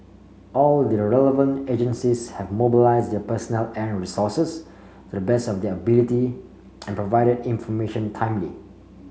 all the relevant agencies have mobilised their personnel and resources to the best of their ability and provided information timely